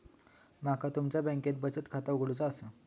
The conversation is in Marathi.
माका तुमच्या बँकेत बचत खाता उघडूचा असा?